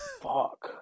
Fuck